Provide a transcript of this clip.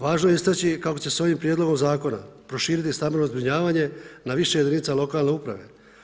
Važno je istaći kako će se ovim Prijedlogom zakona proširiti stambeno zbrinjavanje na više jedinica lokalne uprave.